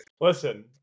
Listen